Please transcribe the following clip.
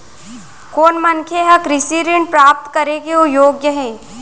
कोन मनखे ह कृषि ऋण प्राप्त करे के योग्य हे?